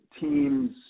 teams